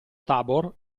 tabor